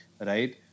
Right